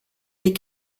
des